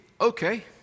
okay